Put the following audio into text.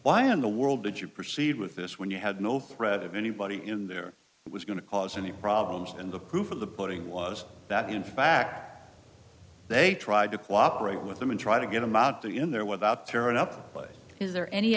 why in the world did you proceed with this when you had no threat of anybody in there was going to cause any problems in the proof of the putting was that in fact they tried to cooperate with them and try to get them out the in there without tearing up is there any